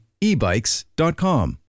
ebikes.com